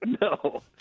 No